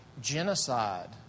Genocide